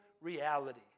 reality